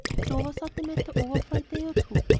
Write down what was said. clover thought the matter over for a day or two,